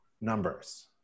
numbers